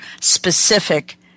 specific